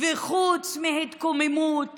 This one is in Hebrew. וחוץ מהתקוממות